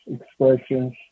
expressions